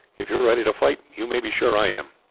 if you are ready to fight, you may be sure i am.